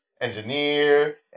engineer